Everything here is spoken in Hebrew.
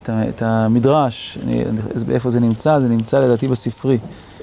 את המדרש, איפה זה נמצא, זה נמצא לדעתי בספרי.